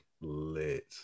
lit